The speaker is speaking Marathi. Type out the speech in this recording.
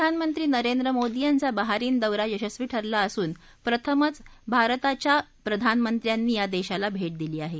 प्रधानमंत्री नरेंद्र मोदी यांचा बहारिन दौरा यशस्वी ठरला असून प्रथमच भारताच्या प्रधानमंत्र्यांनी या दक्षोला भर्घ दिली आहा